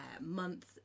month